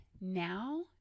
now